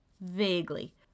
vaguely